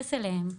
ולהתייחס אליהן.